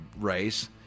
race